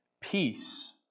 peace